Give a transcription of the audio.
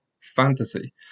fantasy